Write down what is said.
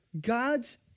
God's